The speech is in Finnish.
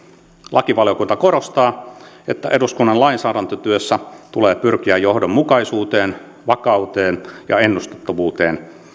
lakivaliokunta korostaa että eduskunnan lainsäädäntötyössä tulee pyrkiä johdonmukaisuuteen vakauteen ja ennustettavuuteen